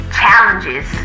challenges